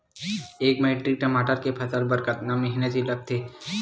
एक मैट्रिक टमाटर के फसल बर कतका मेहनती लगथे?